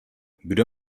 kdo